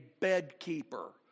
bedkeeper